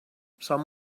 som